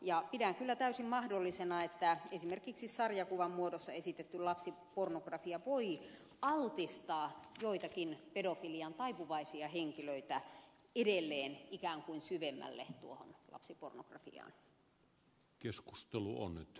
ja pidän kyllä täysin mahdollisena että esimerkiksi sarjakuvan muodossa esitetty lapsipornografia voi altistaa joitakin pedofiliaan taipuvaisia henkilöitä edelleen ikään kuin syvemmälle tuohon lapsipornografiaan